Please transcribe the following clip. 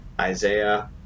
Isaiah